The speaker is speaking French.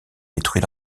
détruit